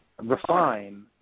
refine